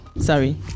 Sorry